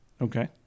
Okay